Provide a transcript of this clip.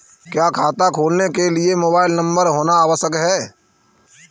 क्या खाता खोलने के लिए मोबाइल नंबर होना आवश्यक है?